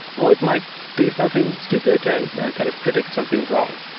or it might do something stupid and kind of predict something wrong.